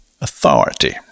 Authority